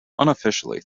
unofficially